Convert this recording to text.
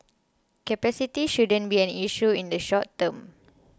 capacity shouldn't be an issue in the short term